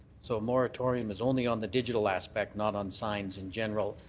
so moratorium is only on the digital aspect not on signs in general,